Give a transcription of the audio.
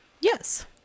Yes